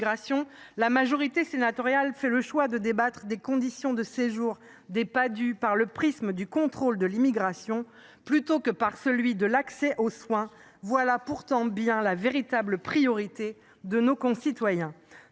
la majorité sénatoriale fait le choix de débattre des conditions de séjour des Padhue par le prisme du contrôle de l’immigration plutôt que par celui de l’accès aux soins. Voilà pourtant bien la véritable priorité de nos concitoyens